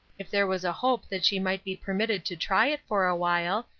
if there was a hope that she might be permitted to try it for awhile,